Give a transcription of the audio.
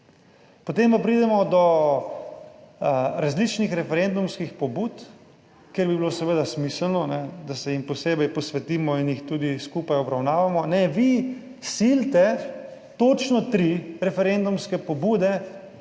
Potem pa pridemo do različnih referendumskih pobud, kjer bi bilo seveda smiselno, da se jim posebej posvetimo in jih tudi skupaj obravnavamo. Ne vi silite točno tri referendumske pobude